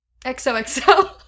XOXO